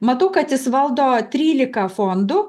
matau kad jis valdo trylika fondų